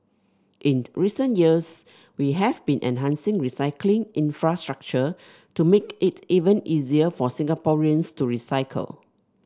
in recent years we have been enhancing recycling infrastructure to make it even easier for Singaporeans to recycle